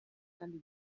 kandi